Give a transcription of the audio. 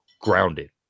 grounded